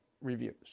reviews